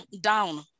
down